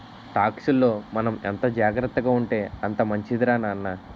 టాక్సుల్లో మనం ఎంత జాగ్రత్తగా ఉంటే అంత మంచిదిరా నాన్న